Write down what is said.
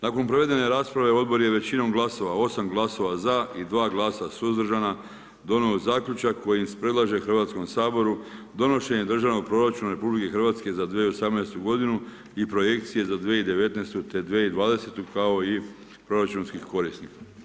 Nakon provedene rasprave odbor je većinom glasovao, 8 glasova za i 2 glasa suzdržana, donio zaključak koji se predlaže Hrvatskom saboru donošenje državnog proračuna RH za 2018. i projekcije za 2019. i 2020. kao i proračunskih korisnika.